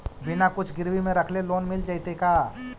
बिना कुछ गिरवी मे रखले लोन मिल जैतै का?